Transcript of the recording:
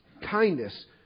kindness